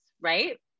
right